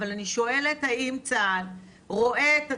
אבל אני שואלת האם צה"ל רואה את עצמו,